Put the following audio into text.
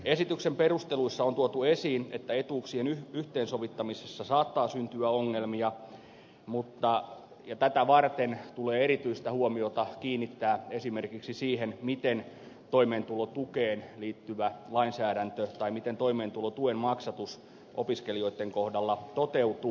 esityksen perusteluissa on tuotu esiin että etuuksien yhteensovittamisessa saattaa syntyä ongelmia ja tätä varten tulee erityistä huomiota kiinnittää esimerkiksi siihen miten toimeentulotukeen liittyvä lainsäädäntö tai miten toimeentulotuen maksatus opiskelijoitten kohdalla toteutuu